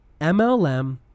MLM